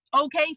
okay